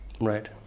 Right